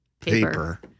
Paper